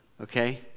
okay